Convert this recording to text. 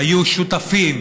היו שותפים: